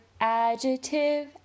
adjective